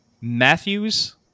Matthews